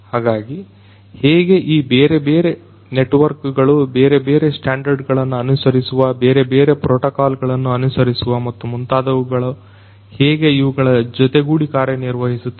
ಹಾಗಾಗಿ ಹೇಗೆ ಈ ಬೇರೆ ಬೇರೆ ನೆಟ್ವರ್ಕ್ ಗಳು ಬೇರೆ ಬೇರೆ ಸ್ಟ್ಯಾಂಡರ್ಡ್ ಗಳನ್ನ ಅನುಸರಿಸುವ ಬೇರೆ ಬೇರೆ ಪ್ರೋಟೋಕಾಲ್ ಗಳನ್ನು ಅನುಸರಿಸುವ ಮತ್ತು ಮುಂತಾದವುಗಳು ಹೇಗೆ ಇವುಗಳು ಜೊತೆಗೂಡಿ ಕಾರ್ಯನಿರ್ವಹಿಸುತ್ತವೆ